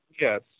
Yes